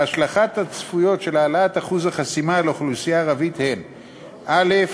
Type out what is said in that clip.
ההשלכות הצפויות של העלאת אחוז החסימה על האוכלוסייה הערבית: א.